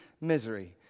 misery